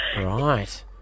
Right